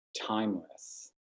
timeless